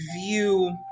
view